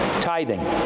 tithing